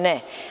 Ne.